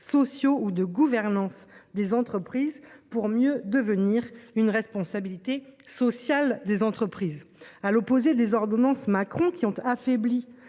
sociaux ou de gouvernance des entreprises pour mieux devenir une responsabilité sociale des entreprises. À l'opposé des ordonnances Macron qui ont affaibli